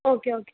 okay okay